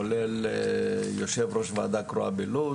כולל יושב ראש ועדה קרואה בלוד.